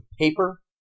paper